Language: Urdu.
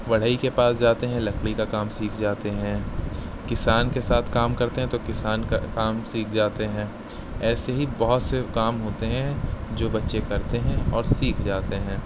بڑھئی کے پاس جاتے ہیں لکڑی کا کام سیکھ جاتے ہیں کسان کے ساتھ کام کرتے ہیں تو کسان کا کام سیکھ جاتے ہیں ایسے ہی بہت سے کام ہوتے ہیں جو بچے کرتے ہیں اور سیکھ جاتے ہیں